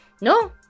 No